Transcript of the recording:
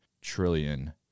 trillion